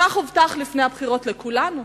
כך הובטח לפני הבחירות לכולנו.